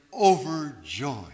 overjoyed